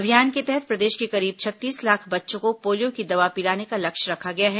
अभियान के तहत प्रदेश के करीब छत्तीस लाख बच्चों को पोलियो की दवा पिलाने का लक्ष्य रखा गया है